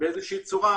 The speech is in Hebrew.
באיזו שהיא צורה,